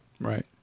Right